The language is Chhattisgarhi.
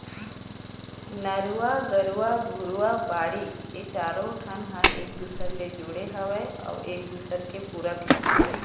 नरूवा, गरूवा, घुरूवा, बाड़ी ए चारों ठन ह एक दूसर ले जुड़े हवय अउ एक दूसरे के पूरक हे